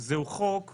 אלא חוק מכוער,